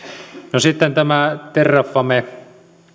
no sitten tämä terrafame